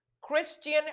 christian